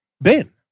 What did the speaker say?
Ben